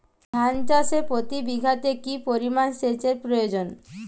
ধান চাষে প্রতি বিঘাতে কি পরিমান সেচের প্রয়োজন?